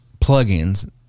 plugins